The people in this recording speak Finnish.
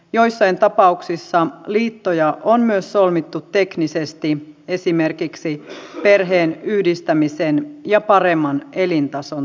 joissain tapauksissa liittoja on myös solmittu teknisesti esimerkiksi perheenyhdistämisen ja paremman elintason toivossa